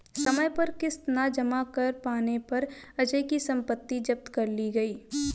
समय पर किश्त न जमा कर पाने पर अजय की सम्पत्ति जब्त कर ली गई